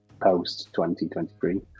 post-2023